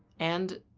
and.